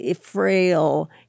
frail